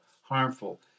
harmful